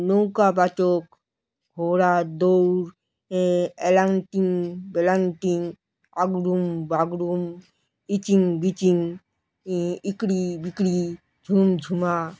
নৌকা বাচক ঘোড়া দৌড় এলাংটিং বেলাংটিং আগড়ুম বাগড়ুম ইচিং বিচিং ইকড়ি বিকড়ি ঝুমঝুমা